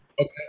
Okay